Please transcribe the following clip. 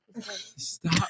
Stop